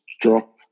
drop